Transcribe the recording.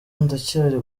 ndacyari